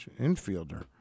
Infielder